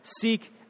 Seek